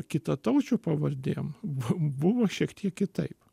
kitataučių pavardėm buvo šiek tiek kitaip